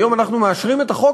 היום אנחנו מאשרים את החוק,